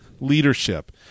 leadership